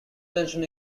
tension